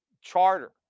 charter